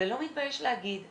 ולא מתבייש להגיד 'תגידו,